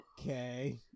Okay